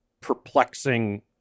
perplexing